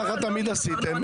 ככה תמיד עשיתם.